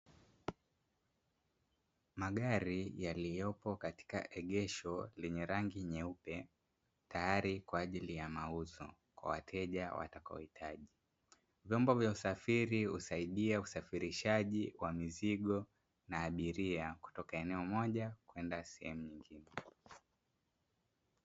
Magari yaliyopo katika egesho yenye rangi nyeupe tayari kwa ajili ya mauzo kwa wateja watakaohitaji. Vyombo vya usafiri husaidia usafirishaji wa mizigo na abiria kutoka eneo Moja kwenda sehemu nyingine.